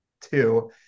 two